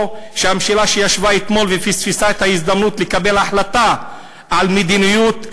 או שהממשלה שישבה אתמול ופספסה את ההזדמנות לקבל החלטה על מדיניות,